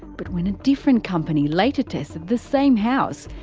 but when a different company later tested the same house,